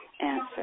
answer